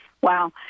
Wow